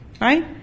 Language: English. Right